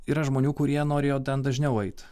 yra žmonių kurie norėjo ten dažniau eit